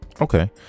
Okay